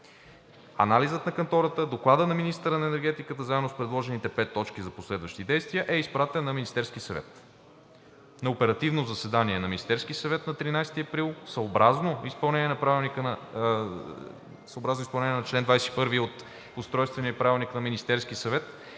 Анализът на кантората, докладът на министъра на енергетиката заедно с предложените пет точки за последващи действия е изпратен на оперативно заседание на Министерския съвет на 13 април. Съобразно изпълнение на чл. 21 от Устройствения правилник на Министерския съвет